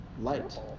light